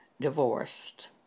divorced